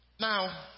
now